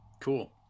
Cool